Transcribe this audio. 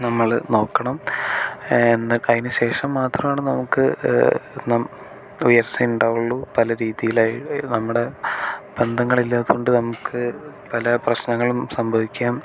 നമ്മൾ നോക്കണം എന്നി അതിന് ശേഷം മാത്രമാണ് നമുക്ക് ഉയർച്ച ഉണ്ടാവുള്ളു പല രീതിയിലായി നമ്മുടെ ബന്ധങ്ങളില്ലാത്ത കൊണ്ട് നമുക്ക് പല പ്രശ്നങ്ങളും സംഭവിക്കാം